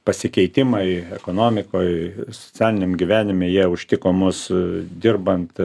pasikeitimai ekonomikoj socialiniam gyvenime jie užtiko mus dirbant